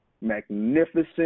magnificent